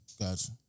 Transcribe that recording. Gotcha